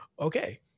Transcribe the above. okay